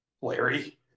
Larry